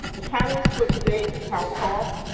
the panelists for today's town hall,